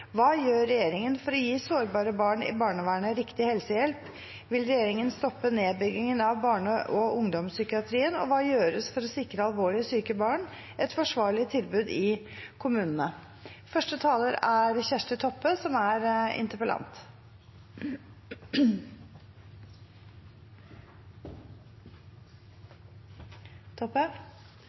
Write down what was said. Kva gjer regjeringa for å gi sårbare barn i barnevernet rett helsehjelp? Vil regjeringa stoppa nedbygginga av barne- og ungdomspsykiatrien? Og kva vert gjort for å sikra eit forsvarleg tilbod i kommunane til alvorleg sjuke barn? Jeg er glad for at representanten Toppe har fremmet denne interpellasjonen. Det er